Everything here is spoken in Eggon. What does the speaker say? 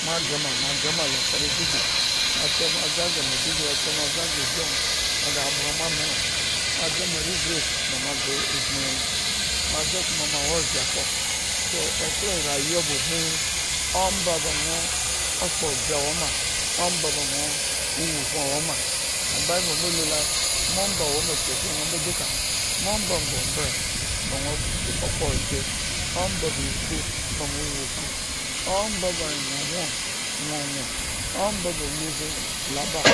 Mo grema, mo grema la feric. cikins, ma tso mo ze gre maiduri, mo tso moze gre ohon gre yi bga mo ami lo, moze mo regret ba mo gre utmu he lo, moze kuma ma woovye kpo so, ekpla rayuwa ba ubmihi omba ba nwo kpo ovye awo ma, omba ba nwo o wukun awo ma. Bible mbolu lo. laoomba mbo woma chuku ekpla ñaa duka, ma omba mbrombre ba nwo kunovye, omba ba iku ba nwo wa omba nwoh nwoh, nwo nwoh, omba ba wukun la ba,